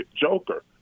Joker